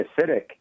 acidic